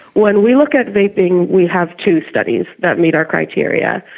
when we look at vaping we have two studies that meet our criteria.